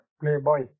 playboy